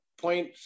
point